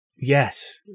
Yes